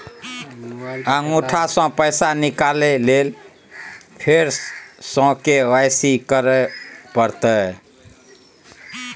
अंगूठा स पैसा निकाले लेल फेर स के.वाई.सी करै परतै?